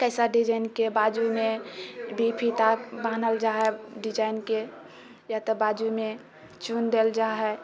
कैसा डिजाइनके बाजूमे वी फीता बान्हल जाइए डिजाइनके या तऽ बाजूमे चुन देल जाइए